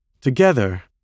Together